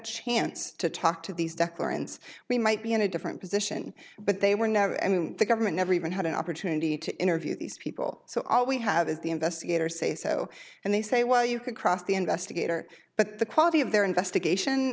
chance to talk to these declarations we might be in a different position but they were never i mean the government never even had an opportunity to interview these people so all we have is the investigator say so and they say well you could cross the investigator but the quality of their investigation